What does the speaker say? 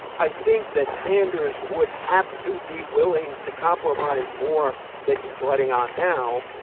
i think that sanders would have to be willing to compromise more than he's letting on now.